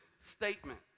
statement